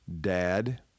dad